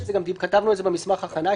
כתבנו על זה במסמך הכנה.